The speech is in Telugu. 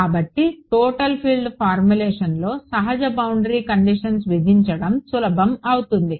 కాబట్టి టోటల్ ఫీల్డ్ ఫార్ములేషన్లో సహజ బౌండరీ కండిషన్స్ విధించడం సులభం అవుతుంది